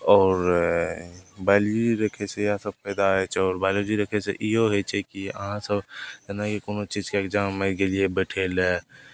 आओर बाइलोजी रखयसँ इएहसभ फायदा होइ छै आओर बाइलोजी रखयसँ इहो होइ छै कि अहाँसभ जेनाकि कोनो चीजके एग्जाममे गेलियै बैठय लेल